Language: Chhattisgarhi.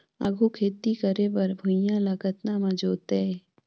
आघु खेती करे बर भुइयां ल कतना म जोतेयं?